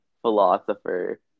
philosopher